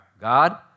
God